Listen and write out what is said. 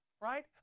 right